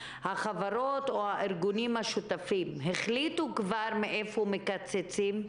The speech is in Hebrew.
האם הארגונים והחברות השותפים החליטו כבר מאיפה מקצצים?